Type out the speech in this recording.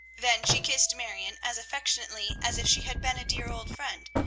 then she kissed marion as affectionately as if she had been a dear old friend,